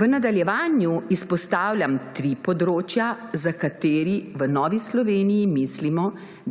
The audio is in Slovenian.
V nadaljevanju izpostavljam tri področja, za katera v Novi Sloveniji mislimo,